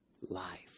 Life